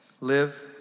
live